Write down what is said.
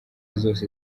zose